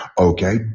Okay